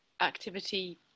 Activity